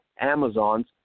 Amazons